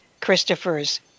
Christopher's